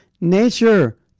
nature